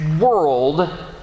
world